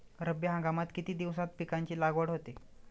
रब्बी हंगामात किती दिवसांत पिकांची लागवड होते?